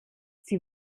sie